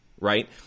right